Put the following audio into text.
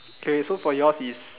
K wait so for yours is